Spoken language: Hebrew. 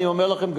אני אומר לכם,